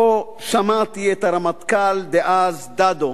שבו שמעתי את הרמטכ"ל דאז דדו,